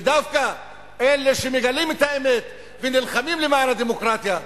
ודווקא אלה שמגלים את האמת ונלחמים למען הדמוקרטיה,